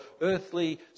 earthly